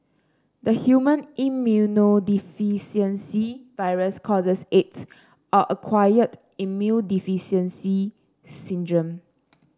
the human immunodeficiency virus causes aids or acquired immune deficiency syndrome